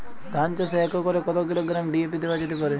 ধান চাষে এক একরে কত কিলোগ্রাম ডি.এ.পি দেওয়া যেতে পারে?